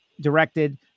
directed